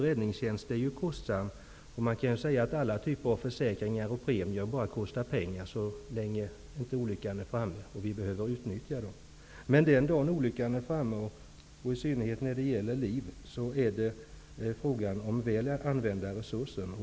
Räddningstjänst är kostsamt, och man kan hävda att alla typer av försäkringar och premier kostar pengar så länge olyckan inte är framme och de behöver utnyttjas. Men den dag olyckan är framme, i synnerhet då det är fråga om liv, blir det fråga om väl använda resurser.